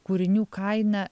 kūrinių kaina